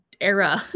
era